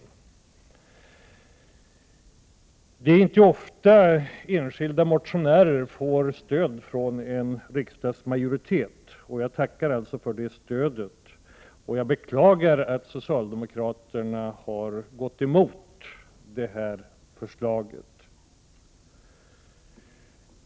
Det är inte ofta enskilda motionärer får stöd från en riksdagsmajoritet, och jag tackar alltså för det stödet. Jag beklagar att socialdemokraterna har gått emot förslaget.